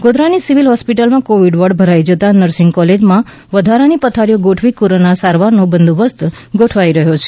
ગોધરાની civil હોસ્પિટલમાં covid ward ભરાઈ જતાં નર્સિંગ કોલેજમાં વધારાની પથારીઓ ગોઠવી કોરોના સારવારનો બંદોબસ્ટ ગોઠવાઈ રહ્યો છે